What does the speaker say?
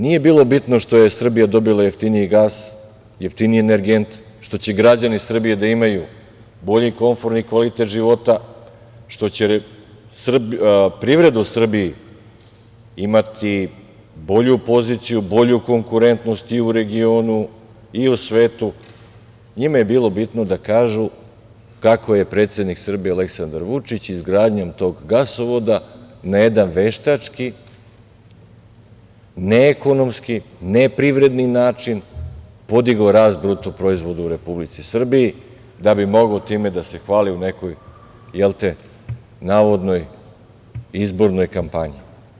Nije bilo bitno što je Srbija dobila jeftiniji gas, jeftiniji energent, što će građani Srbije da imaju bolji komforniji, kvalitet života, što će privreda u Srbiji imati bolju poziciju, bolju konkurentnost i u regionu, i u svetu, njima je bilo bitno da kažu kako je predsednik Srbije Aleksandar Vučić, izgradnjom tog gasovoda na jedan veštački, neekonomski, neprivredni način, podigao rast BDP u Republici Srbiji, da bi mogao time da se hvali u nekoj, jel, te, navodnoj izbornoj kampanji.